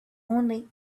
only